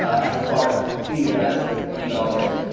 as a product to you guys for twenty dollars.